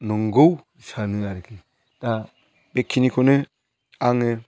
नंगौ सानो आरोखि दा बेखिनिखौनो आङो